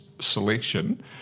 selection